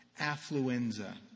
affluenza